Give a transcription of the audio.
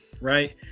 right